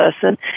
person